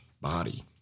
body